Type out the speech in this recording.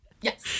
Yes